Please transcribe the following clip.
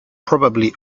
probably